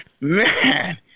Man